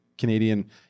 Canadian